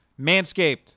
Manscaped